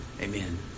Amen